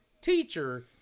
teacher